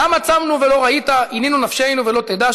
"למה צמנו ולא ראית ענינו נפשנו ולא תדע",